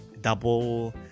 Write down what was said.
double